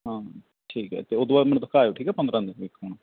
ਹਾਂ ਠੀਕ ਹੈ ਅਤੇ ਉੱਦੋਂ ਬਾਅਦ ਮੈਨੂੰ ਦਿਖਾਇਓ ਠੀਕ ਹੈ ਪੰਦਰਾਂ ਦਿਨ